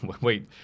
Wait